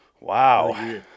Wow